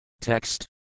Text